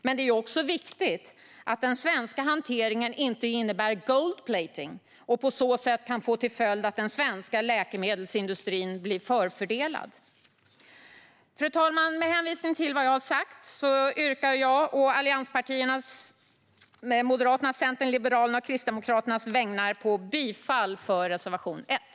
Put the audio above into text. Men det är också viktigt att den svenska hanteringen inte innebär gold-plating och att det kan få till följd att den svenska läkemedelsindustrin blir förfördelad. Fru talman! Med hänvisning till vad jag har sagt yrkar jag å allianspartiernas - Moderaternas, Centerns, Liberalernas och Kristdemokraternas - vägnar bifall till reservation 1.